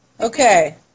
Okay